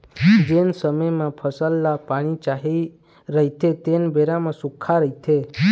जेन समे म फसल ल पानी चाही रहिथे तेन बेरा म सुक्खा रहिथे